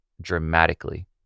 dramatically